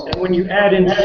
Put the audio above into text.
and when you add in